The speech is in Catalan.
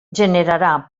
generarà